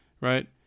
right